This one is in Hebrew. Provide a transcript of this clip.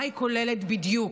מה היא כוללת בדיוק,